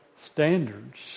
standards